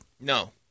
No